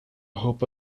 hope